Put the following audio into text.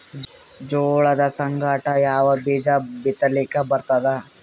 ಜೋಳದ ಸಂಗಾಟ ಯಾವ ಬೀಜಾ ಬಿತಲಿಕ್ಕ ಬರ್ತಾದ?